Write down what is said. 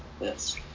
Yes